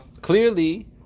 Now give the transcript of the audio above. Clearly